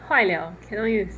坏了 cannot use